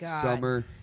Summer